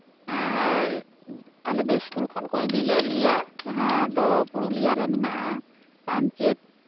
ᱟᱨ ᱟᱞᱮ ᱫᱚ ᱥᱠᱩᱞ ᱠᱷᱚᱱ ᱠᱚ ᱤᱫᱤ ᱞᱮᱫ ᱞᱮᱭᱟ ᱡᱟᱦᱟᱸ ᱫᱚ ᱯᱩᱨᱩᱞᱤᱭᱟ ᱨᱮ ᱢᱮᱱᱟᱜᱼᱟ ᱯᱟᱧᱪᱮᱛ